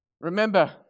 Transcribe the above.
remember